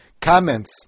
comments